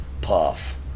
Puff